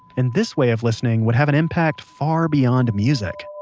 and this way of listening would have an impact far beyond music